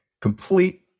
complete